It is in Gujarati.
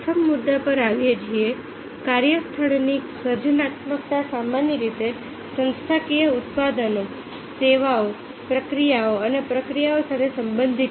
પ્રથમ મુદ્દા પર આવીએ છીએ કાર્યસ્થળની સર્જનાત્મકતા સામાન્ય રીતે સંસ્થાકીય ઉત્પાદનો સેવાઓ પ્રક્રિયાઓ અને પ્રક્રિયાઓ સાથે સંબંધિત છે